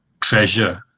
treasure